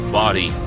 body